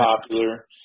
popular